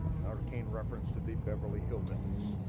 an arcane reference to the beverly hillbillies,